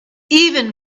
even